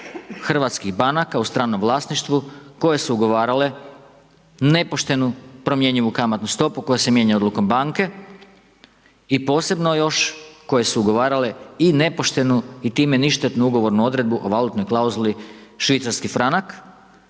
hrvatskih banaka u stranom vlasništvu koje su ugovarale nepoštenu promjenjivu kamatnu stopu koja se mijenja odlukom banke. I posebno još koje su ugovarale i nepoštenu i time ništetnu ugovornu odredbu o valutnoj klauzuli švicarski franak.